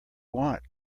want